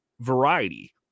variety